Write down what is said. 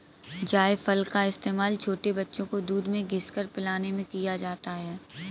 जायफल का इस्तेमाल छोटे बच्चों को दूध में घिस कर पिलाने में किया जाता है